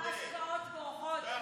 כמה השקעות בורחות.